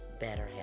BetterHelp